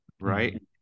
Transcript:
right